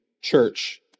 church